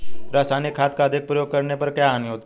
रासायनिक खाद का अधिक प्रयोग करने पर क्या हानि होती है?